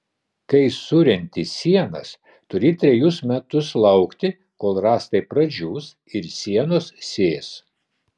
kai surenti sienas turi trejus metus laukti kol rąstai pradžius ir sienos sės